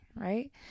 right